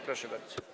Proszę bardzo.